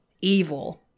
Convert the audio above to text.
evil